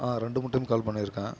ஆ ரெண்டு மூணு time call பண்ணியிருக்கேன்